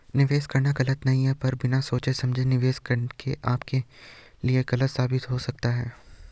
निवेश करना गलत नहीं है पर बिना सोचे समझे निवेश करना आपके लिए गलत साबित हो सकता है